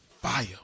fire